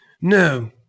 No